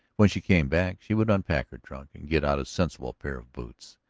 when she came back she would unpack her trunk and get out a sensible pair of boots.